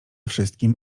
wszystkim